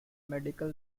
medical